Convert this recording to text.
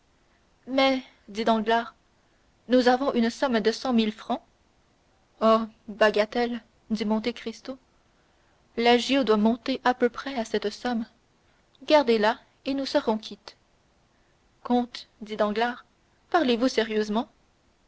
mais dit danglars nous avons une somme de cent mille francs oh bagatelle dit monte cristo l'agio doit monter à peu près à cette somme gardez-la et nous serons quittes comte dit danglars parlez-vous sérieusement